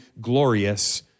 glorious